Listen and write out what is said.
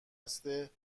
مسافرکش